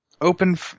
open